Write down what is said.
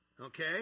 okay